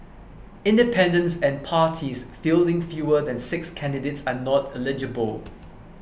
independents and parties fielding fewer than six candidates are not eligible